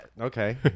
Okay